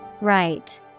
Right